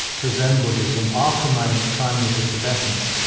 to zen buddhism after my time with the tibetans,